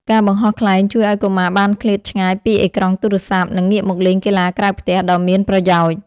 ការបង្ហោះខ្លែងជួយឱ្យកុមារបានឃ្លាតឆ្ងាយពីអេក្រង់ទូរស័ព្ទ និងងាកមកលេងកីឡាក្រៅផ្ទះដ៏មានប្រយោជន៍។